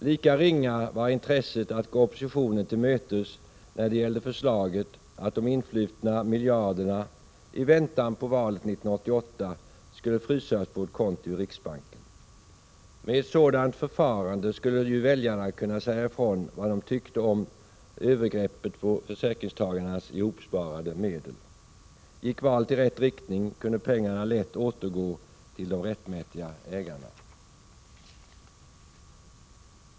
Lika ringa var intresset att gå oppositionen till mötes när det gällde förslaget att de influtna miljarderna i väntan på valet 1988 skulle frysas på ett konto i riksbanken. Med ett sådant förfarande skulle ju väljarna kunna säga ifrån vad de tyckte om övergrepp på försäkringstagarnas ihopsparade medel. Gick valet i rätt riktning kunde pengarna lätt återgå till de rättmätiga ägarna.